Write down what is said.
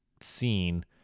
scene